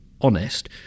honest